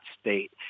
state